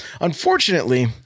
unfortunately